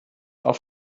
auf